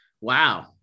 Wow